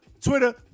Twitter